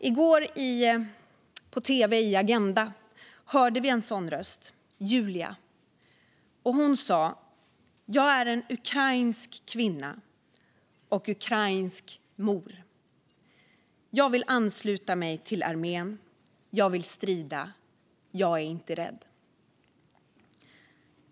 I går på tv i Agenda hörde vi en sådan röst, Julia. Hon sa: Jag är en ukrainsk kvinna och ukrainsk mor. Jag vill ansluta mig till armén. Jag vill strida. Jag är inte rädd.